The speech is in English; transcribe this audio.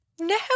No